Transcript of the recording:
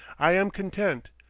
i am content.